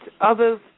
Others